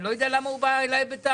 אני לא יודע למה הוא בא אלי בטענות,